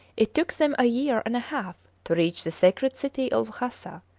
it took them a year and a half to reach the sacred city of lhasa,